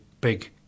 big